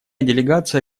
делегация